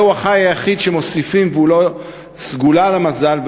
זה הח"י היחיד שמוסיפים והוא לא סגולה למזל,